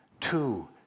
two